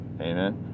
Amen